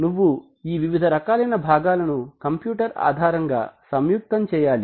నువ్వు ఈ వివిధ రకాలైన భాగాలను కంప్యూటర్ ఆధారంగా సంయుక్తం చేయాలి